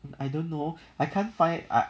I don't know I can't find I